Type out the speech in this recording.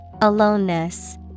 Aloneness